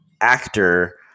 actor